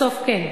בסוף כן.